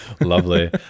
lovely